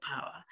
power